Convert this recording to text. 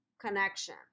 connection